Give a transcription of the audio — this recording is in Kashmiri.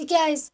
تِکیٛازِ